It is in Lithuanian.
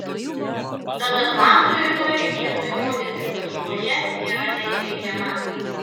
tad atlantui rytoj reikėtų įrodyti kad kruoja nėra neįveikiama